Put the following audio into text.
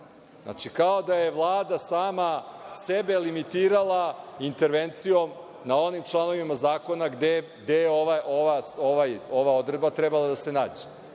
kafe. Znači, kao da je Vlada sama sebe limitirala intervencijom na onim članovima zakona gde je ova odredba trebala da se nađe.